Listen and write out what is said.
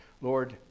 Lord